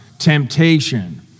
temptation